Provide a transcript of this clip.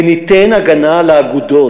וניתן הגנה לאגודות,